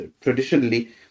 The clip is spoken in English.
traditionally